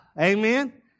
Amen